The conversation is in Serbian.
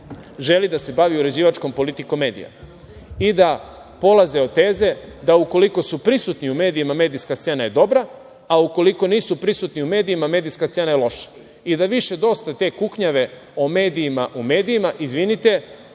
želi da se bavi uređivačkom politikom medija i da polaze od teze da ukoliko su prisutni u medijima, medijska scena je dobra, a ukoliko nisu prisutni u medijima, medijska scena je loša i da je više dosta te kuknjave o medijima u medijima. Izvinite,